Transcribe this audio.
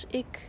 ik